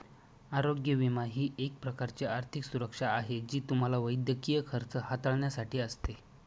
आरोग्य विमा ही एक प्रकारची आर्थिक सुरक्षा आहे जी तुम्हाला वैद्यकीय खर्च हाताळण्यासाठी असते